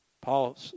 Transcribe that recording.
Paul